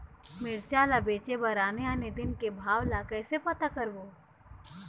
मिरचा ला बेचे बर आने आने दिन के भाव ला कइसे पता करबो?